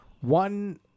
One